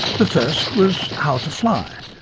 the first was how to fly.